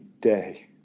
day